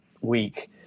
week